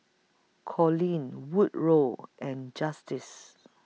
Coleen Woodrow and Justice